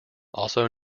also